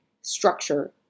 structure